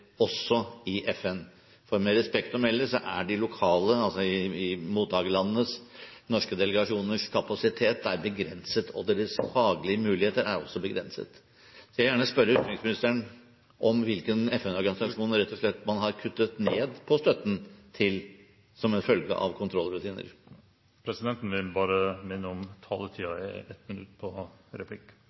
også i FN. For med respekt å melde er mottakerlandenes norske delegasjoners kapasitet begrenset, og deres faglige muligheter er også begrenset. Jeg vil gjerne spørre utenriksministeren om hvilken FN-organisasjonen man rett og slett har kuttet ned på støtten til som en følge av kontrollrutiner. Presidenten vil bare minne om at taletiden er 1 minutt på